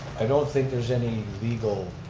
i don't think there's any legal